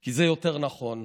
כי זה יותר נכון.